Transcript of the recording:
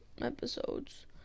episodes